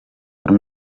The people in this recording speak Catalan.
però